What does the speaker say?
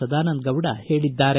ಸದಾನಂದಗೌಡ ಹೇಳಿದ್ದಾರೆ